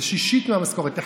זה שישית מהמשכורת.